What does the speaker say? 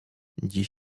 dziś